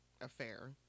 affair